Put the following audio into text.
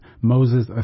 Moses